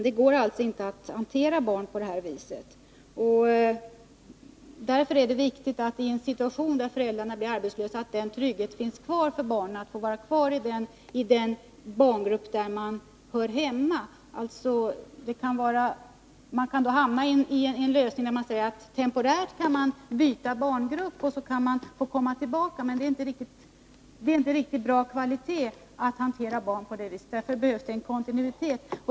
Det går inte att hantera barn på det här viset. I en situation där föräldrar blir arbetslösa är det därför viktigt att tryggheten för barnen finns kvar, att de får stanna i de barngrupper där de hör hemma. En lösning på detta problem kan bli att barnen temporärt får byta barngrupp och sedan komma tillbaka, men det är inte någon bra kvalitet i en sådan hantering av barn. Därför behövs det kontinuitet.